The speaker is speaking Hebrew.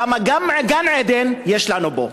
כמה גן-עדן יש לנו פה.